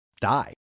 die